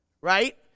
right